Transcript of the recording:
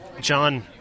John